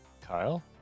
kyle